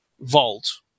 vault